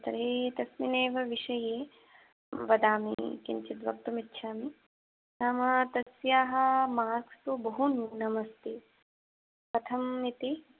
तर्हि तस्मिन् एव विषये वदामि किञ्चित् वक्तुमिच्छामि नाम तस्याः मार्क्स् तु बहुन्यूनम् अस्ति कथम् इति